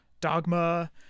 Dogma